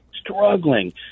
struggling